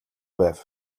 байв